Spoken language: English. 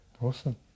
Awesome